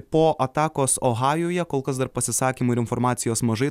po atakos ohajuje kol kas dar pasisakymų ir informacijos mažai